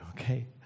okay